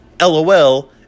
LOL